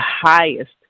highest